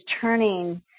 turning